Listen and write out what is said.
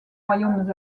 royaumes